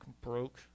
broke